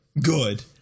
good